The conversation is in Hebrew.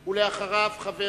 ואחריו, חבר